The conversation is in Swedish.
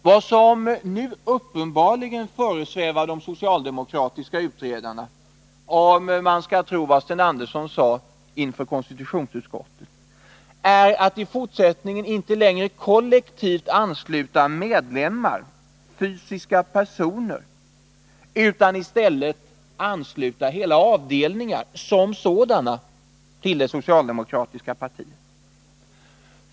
Vad som nu uppenbarligen föresvävar de socialdemokratiska utredarna, om man skall tro vad Sten Andersson sade inför konstitutionsutskottet, är att i fortsättningen inte längre kollektivansluta medlemmar, fysiska personer, utan i stället ansluta hela avdelningar till det socialdemokratiska partiet.